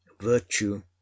Virtue